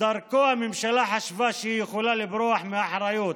שדרכו הממשלה חשבה שהיא יכולה לברוח מהאחריות